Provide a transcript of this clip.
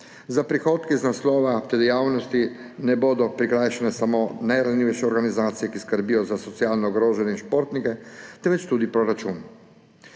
Za prihodke z naslova te dejavnosti ne bodo prikrajšane samo najranljivejše organizacije, ki skrbijo za socialno ogrožene in športnike, temveč tudi proračun.